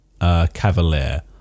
cavalier